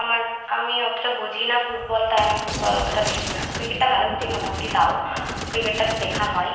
আমার আমি অতটা বুঝি না ফুটবল তাই আমি ফুটবল অতটা দেখি না ক্রিকেটটা ভালো বুঝি মোটামুটি তাও ক্রিকেটটা দেখা হয়